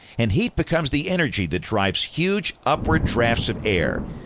and heat becomes the energy that drives huge upward drafts of air.